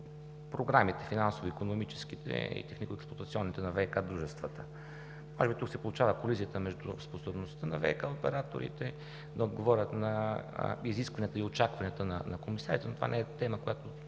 програмите – финансово-икономическите и технико-експлоатационните на ВиК дружествата. Може би тук се получава колизията между способността на ВиК операторите да отговорят на изискванията и очакванията на комисарите, но това не е тема, която